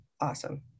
awesome